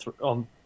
on